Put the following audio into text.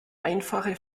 einfache